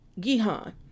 Gihon